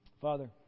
Father